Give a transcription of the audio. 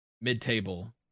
Mid-table